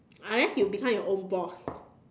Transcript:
unless you become your own boss